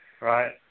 right